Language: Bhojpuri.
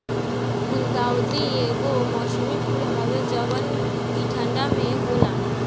गुलदाउदी एगो मौसमी फूल हवे जवन की ठंडा में होला